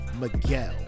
Miguel